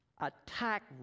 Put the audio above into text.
attack